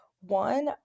One